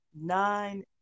nine